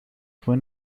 fue